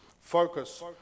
Focus